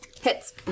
Hits